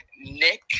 Nick